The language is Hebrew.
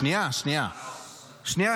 שנייה, שנייה.